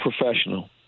professional